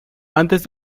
antes